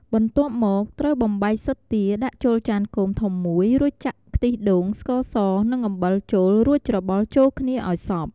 បន្ទាប់មកត្រូវបំបែកស៊ុតទាដាក់ចូលចានគោមធំមួយ រួចចាក់ខ្ទិះដូង ស្ករស និងអំបិលចូល រួចច្របល់ចូលគ្នាឲ្យសព្វ។